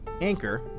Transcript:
Anchor